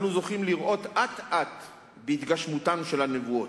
אנו זוכים לראות אט-אט בהתגשמותן של הנבואות.